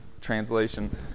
translation